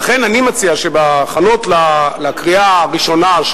לכן אני מציע שבהכנות לקריאה הראשונה,